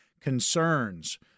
concerns